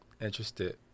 interested